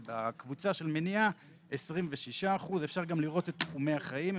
ובקבוצה של מניעה 26%. אפשר גם לראות את תחומי החיים.